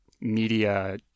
media